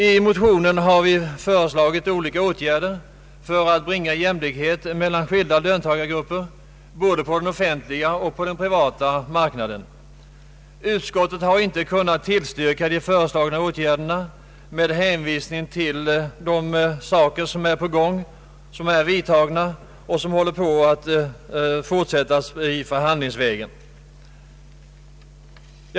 I motionen har vi föreslagit olika åtgärder för att åstadkomma jämlikhet mellan skilda löntagargrupper både på den offentliga och den privata mark naden. Utskottet har inte kunnat tillstyrka förslagen med hänvisning till de åtgärder som är på gång, som redan är vidtagna och till det som just nu händer på förhandlingsområdet.